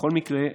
בכל מקרה,